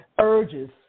Urges